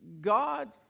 God